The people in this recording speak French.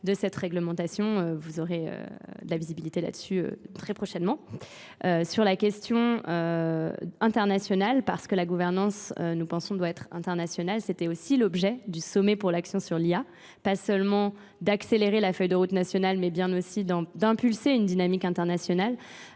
de cette réglementation. Vous aurez de la visibilité là-dessus très prochainement. Sur la question internationale, parce que la gouvernance, nous pensons, doit être internationale, c'était aussi l'objet du sommet pour l'action sur l'IA. Pas seulement d'accélérer la feuille de route nationale, mais bien aussi d'impulser une dynamique internationale.